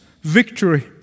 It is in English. victory